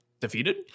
defeated